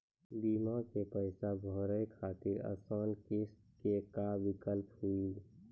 बीमा के पैसा भरे खातिर आसान किस्त के का विकल्प हुई?